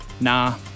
Nah